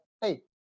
hey